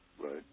right